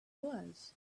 was